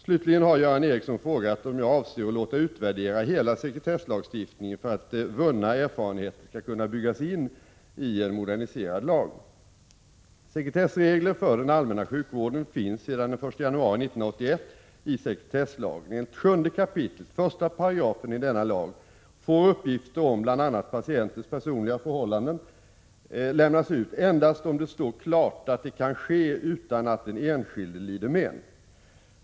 Slutligen har Göran Ericsson frågat om jag avser att låta utvärdera hela sekretesslagstiftningen för att vunna erfarenheter skall kunna byggas in i en moderniserad lag. Sekretessregler för den allmänna sjukvården finns sedan den 1 januari 1981 i sekretesslagen . Enligt 7 kap. 1 § i denna lag får uppgifter om bl.a. patienters personliga förhållanden lämnas ut endast om det står klart att det kan ske utan att den enskilde lider men.